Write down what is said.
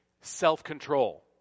self-control